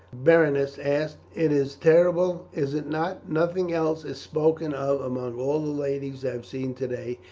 berenice asked it is terrible, is it not? nothing else is spoken of among all the ladies i have seen today,